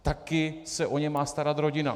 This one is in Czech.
Taky se o ně má starat rodina.